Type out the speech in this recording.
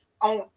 on